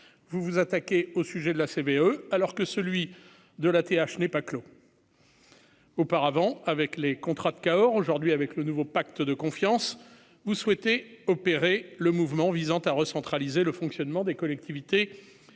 vous vous attaquez au sujet de la CBE alors que celui de la TH n'est pas clos. Auparavant, avec les contrats de Cahors aujourd'hui avec le nouveau pacte de confiance, vous souhaitez opéré le mouvement visant à recentraliser le fonctionnement des collectivités